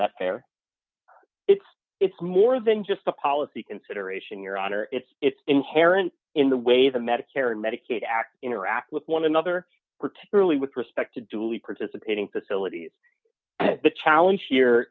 a fair it's it's more than just a policy consideration your honor it's inherent in the way the medicare and medicaid act interact with one another particularly with respect to do we participate in facilities the challenge here